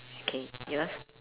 K yours